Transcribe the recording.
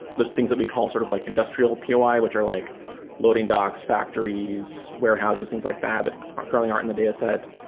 there are things that we call sort of like industrial poi, ah which are like loading docks, factories, warehouses, things like that are currently aren't in the dataset.